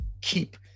keep